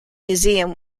museum